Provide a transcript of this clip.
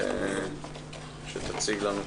יש מצגת.